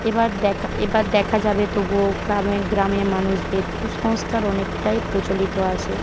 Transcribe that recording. এবার দেখা এবার দেখা যাবে তবুও গ্রামে গ্রামে মানুষদের কুসংস্কার অনেকটাই প্রচলিত আছে